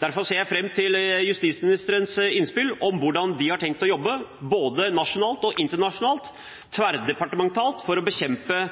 Derfor ser jeg fram til justisministerens innspill om hvordan de har tenkt å jobbe, både nasjonalt, internasjonalt og tverrdepartementalt, for å bekjempe